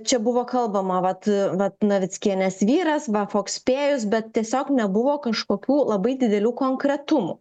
čia buvo kalbama vat vat navickienės vyras va fokspėjus bet tiesiog nebuvo kažkokių labai didelių konkretumų